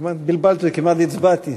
בלבלתם אותי, כמעט הצבעתי.